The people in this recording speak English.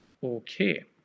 Okay